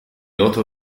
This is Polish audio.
oto